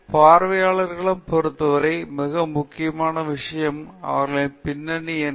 எனவே பார்வையாளர்களை பொறுத்தவரை மிக முக்கியமான விஷயம் அவர்களின் பின்னணி என்ன